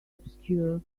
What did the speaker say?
obscure